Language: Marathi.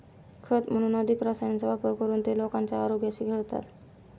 खत म्हणून अधिक रसायनांचा वापर करून ते लोकांच्या आरोग्याशी खेळतात